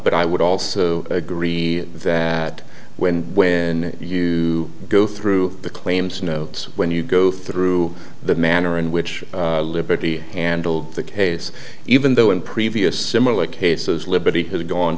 but i would also agree that when when you go through the claims notes when you go through the manner in which liberty handled the case even though in previous similar cases libby has gone